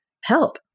Help